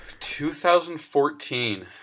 2014